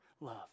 love